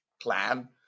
plan